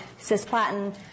cisplatin